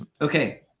Okay